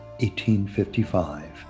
1855